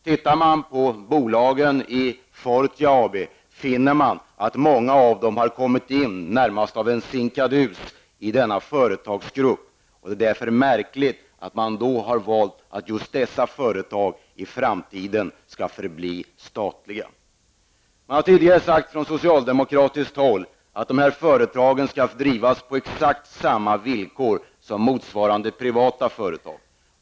Många av bolagen i Fortia AB har kommit in i företagsgruppen närmast av en sinkadus. Det är märkligt att man vill att just dessa företag skall förbli statliga. Socialdemokraterna har tidigare sagt att dessa företag skall drivas på exakt samma villkor som motsvarande privata företag.